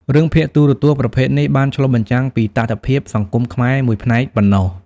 រឿងភាគទូរទស្សន៍ប្រភេទនេះបានឆ្លុះបញ្ចាំងពីតថភាពសង្គមខ្មែរមួយផ្នែកប៉ុណ្ណោះ។